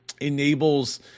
enables